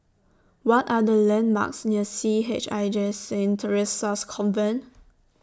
What Are The landmarks near C H I J Saint Theresa's Convent